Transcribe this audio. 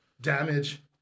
damage